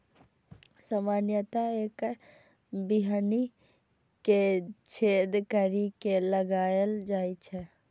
सामान्यतः एकर बीहनि कें छेद करि के लगाएल जाइ छै